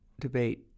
debate